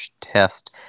test